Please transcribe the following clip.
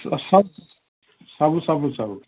ସ ସବୁ ସବୁ ସବୁ ସବୁ